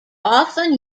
often